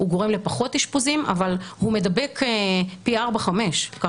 הוא גורם לפחות אשפוזים אבל הוא מדבק פי ארבע-חמש.